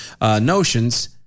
notions